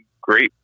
great